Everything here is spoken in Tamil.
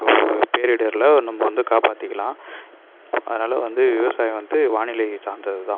பேரிடரில் நம்ப வந்து காப்பாற்றிக்கிலாம் அதனால் வந்து விவசாயம் வந்து வானிலை சார்ந்தது தான்